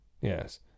Yes